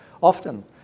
Often